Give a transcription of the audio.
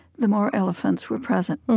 the more elephants were present.